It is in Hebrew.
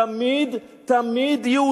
הקורבנות תמיד יהודים.